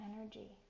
energy